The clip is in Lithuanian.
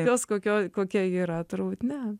tokios kokio kokia ji yra turbūt ne